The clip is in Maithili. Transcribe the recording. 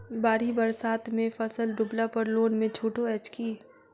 बाढ़ि बरसातमे फसल डुबला पर लोनमे छुटो अछि की